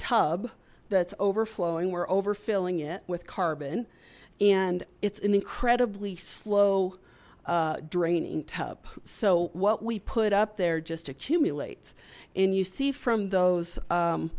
tub that's overflowing we're over filling it with carbon and it's an incredibly slow draining tub so what we put up there just accumulates and you see from those